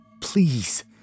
please